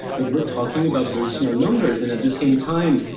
but we're talking about very small numbers. and at the same time,